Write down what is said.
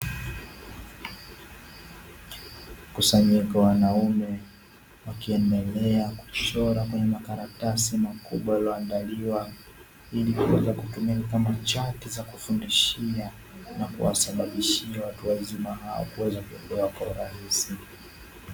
Mkusanyiko wa wanaume, wakiendelea kuchora kwenye makaratasi makubwa yaliyoandaliwa, ili kuweza kutumika kama chati za kufundishia na kuwasababisha watu wazima hao kuweza kuelewa kwa urahisi.